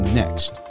next